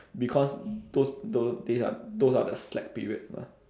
because those those days are those are the slack periods mah